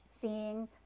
seeing